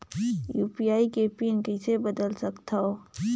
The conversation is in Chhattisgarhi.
यू.पी.आई के पिन कइसे बदल सकथव?